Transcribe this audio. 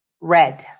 Red